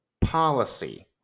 policy